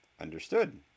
Understood